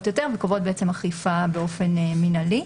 יותר וקובעות בעצם אכיפה באופן מינהלי.